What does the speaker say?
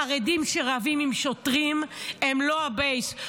חרדים שרבים עם שוטרים הם לא הבייס.